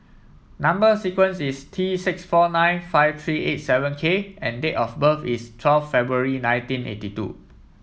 number sequence is T six four nine five three eight seven K and date of birth is twelve February nineteen eighty two